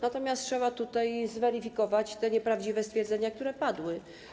Natomiast trzeba zweryfikować te nieprawdziwe stwierdzenia, które padły.